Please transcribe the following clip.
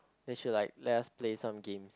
they should like let us play some games